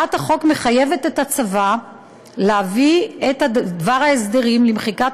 הצעת החוק מחייבת את הצבא להביא את דבר ההסדרים למחיקת